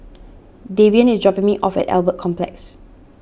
Davion is dropping me off at Albert Complex